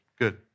Good